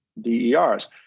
DERs